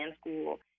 school